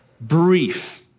brief